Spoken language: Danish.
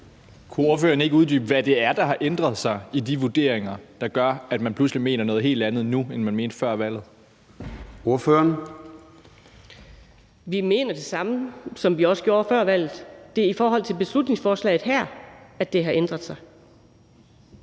Kunne ordføreren ikke uddybe, hvad det er, der har ændret sig i de vurderinger, der gør, at man pludselig mener noget helt andet nu, end man mente før valget? Kl. 15:46 Formanden (Søren Gade): Ordføreren. Kl. 15:46 Anni Matthiesen (V): Vi mener det samme, som vi gjorde før valget. Det er i forhold til beslutningsforslaget her, at det har ændret sig.